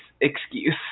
excuse